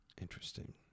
Interesting